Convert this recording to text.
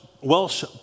Welsh